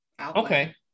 Okay